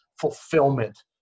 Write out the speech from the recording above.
fulfillment